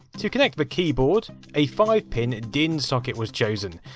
to connect the keyboard, a five pin din socket was chosen,